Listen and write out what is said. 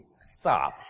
stop